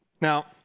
Now